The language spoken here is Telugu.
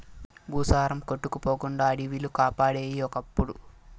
భూసారం కొట్టుకుపోకుండా అడివిలు కాపాడేయి ఒకప్పుడు